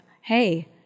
hey